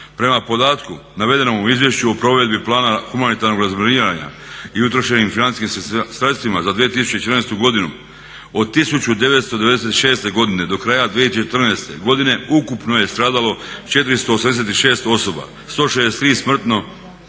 Prema podatku navedenom u izvješću o provedbi plana humanitarnog razminiranja i utrošenim financijskim sredstvima za 2014. godinu od 1996. godine do kraja 2014. godine ukupno je stradalo 486 osoba, 163 smrtno,